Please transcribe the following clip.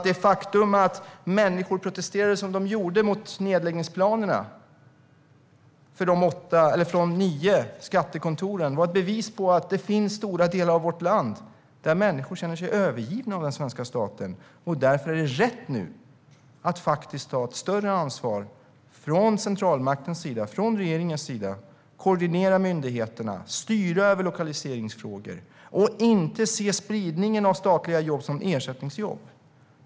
Det faktum att människor protesterade mot nedläggningsplanerna för de nio skattekontoren var ett bevis på att människor i stora delar av vårt land känner sig övergivna av den svenska staten. Därför är det riktigt att centralmakten och regeringen nu tar större ansvar, koordinerar myndigheterna och styr över lokaliseringsfrågor. Spridningen av statliga jobb ska inte ses som ersättningsjobb.